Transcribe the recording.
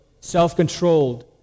self-controlled